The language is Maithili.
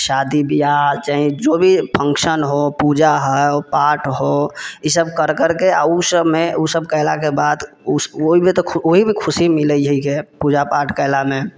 शादी बियाह चाहे जोभी फंक्शन हो पूजा हाउ पाठ हो ई सब कर करके आओर उसबमे उसब कयलाके बाद ओइमे तऽ ओइमे खुशी मिलै है के पूजा पाठ केलामे